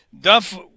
Duff